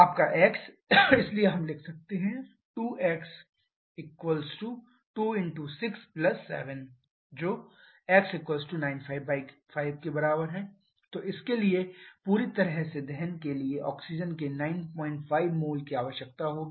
आपका एक्स इसलिए हम लिख सकते हैं 2x 2 × 6 7 अतः x 95 तो इसके लिए पूरी तरह से दहन के लिए ऑक्सीजन के 95 मोल की आवश्यकता होगी